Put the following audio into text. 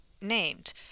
named